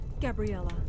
Gabriella